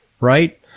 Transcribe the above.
right